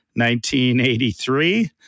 1983